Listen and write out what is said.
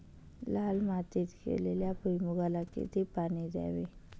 लाल मातीत केलेल्या भुईमूगाला किती पाणी द्यावे?